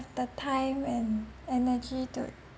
the time and energy to